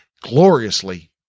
gloriously